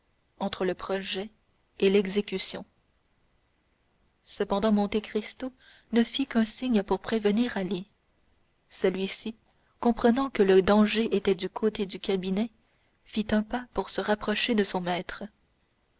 entre le projet et l'exécution cependant monte cristo ne fit qu'un signe pour prévenir ali celui-ci comprenant que le danger était du côté du cabinet fit un pas pour se rapprocher de son maître